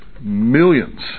millions